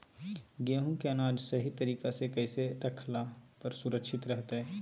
गेहूं के अनाज सही तरीका से कैसे रखला पर सुरक्षित रहतय?